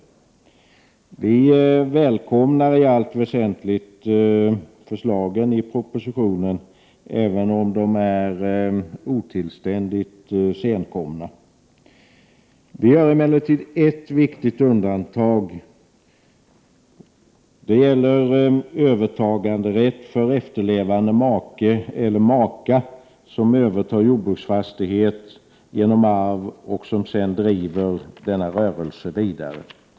Vi välkomnar i allt väsentligt förslagen i propositionen, även om de är otillständigt senkomna. Vi gör emellertid ett viktigt undantag. Det gäller övertaganderätten för efterlevande make eller maka som genom arv övertar jordbruksfastighet och sedan driver denna rörelse vidare.